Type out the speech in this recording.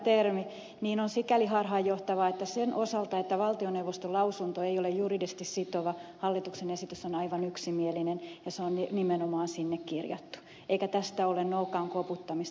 viitanen käyttää on sikäli harhaanjohtava että sen osalta että valtioneuvoston lausunto ei ole juridisesti sitova hallituksen esitys on aivan yksimielinen ja se on nimenomaan sinne kirjattu eikä tästä ole nokan koputtamista